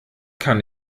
kann